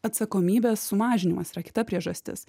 atsakomybės sumažinimas yra kita priežastis